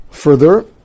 Further